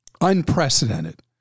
Unprecedented